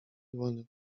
dłonie